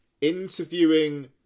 interviewing